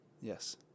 Yes